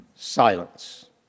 Silence